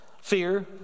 fear